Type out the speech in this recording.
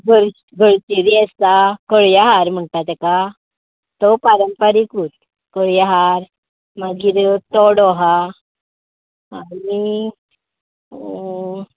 गळ गळशिरी आसा कळयां हार म्हणटा ताका तोय पारंपारीकूच कळयां हार मागीर तोडो आहा आनी